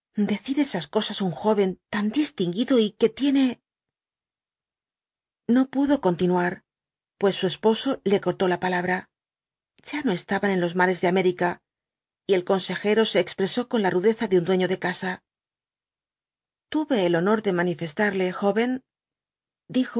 decir esas cosas un joven tan distinguido y que tiene no pudo continuar pues su esposo le cortó la palabra ya no estaban en los mares de américa y el consejero se expresó con la rudeza de un dueño de casa los cuatro jínetbs dbl apocalipsis tuve el honor de manifestarle joven dijo